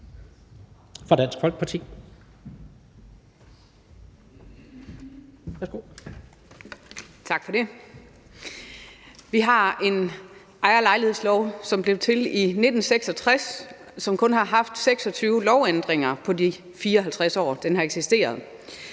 Vi har en ejerlejlighedslov, som blev til i 1966, og som kun har haft 26 lovændringer i løbet af de 54 år, den har eksisteret.